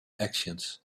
actions